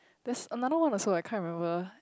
that's another one also I can't remember